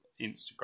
Instagram